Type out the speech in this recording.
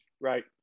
Right